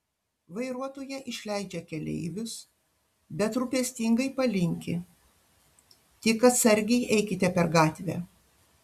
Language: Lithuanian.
vairuotoja išleidžia keleivius bet rūpestingai palinki tik atsargiai eikite per gatvę